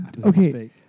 Okay